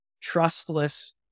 trustless